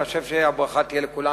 ואני חושב שהברכה תהיה לכולנו.